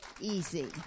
easy